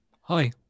Hi